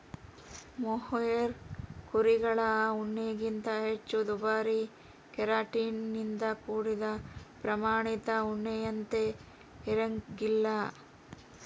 mohair ಕುರಿಗಳ ಉಣ್ಣೆಗಿಂತ ಹೆಚ್ಚು ದುಬಾರಿ ಕೆರಾಟಿನ್ ನಿಂದ ಕೂಡಿದ ಪ್ರಾಮಾಣಿತ ಉಣ್ಣೆಯಂತೆ ಇರಂಗಿಲ್ಲ